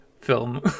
Film